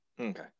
Okay